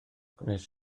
gwnes